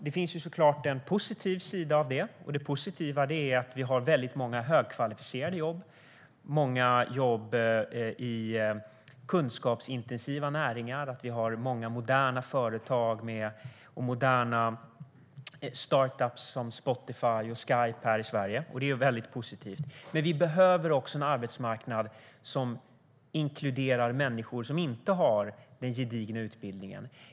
Det finns såklart en positiv sida av det, och det är att vi har många högkvalificerade jobb, många jobb i kunskapsintensiva näringar och många moderna företag och startups som Spotify och Skype här i Sverige. Det är väldigt positivt. Men vi behöver också en arbetsmarknad som inkluderar människor som inte har en gedigen utbildning.